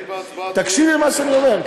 תקשיבי למה שאני אומר,